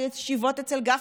וישיבות אצל גפני,